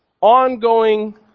ongoing